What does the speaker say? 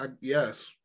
Yes